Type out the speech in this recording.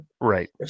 right